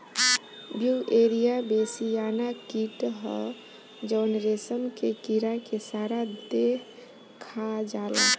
Beauveria bassiana कीट ह जवन रेशम के कीड़ा के सारा देह खा जाला